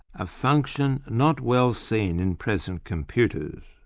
a function not well seen in present computers.